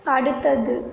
அடுத்தது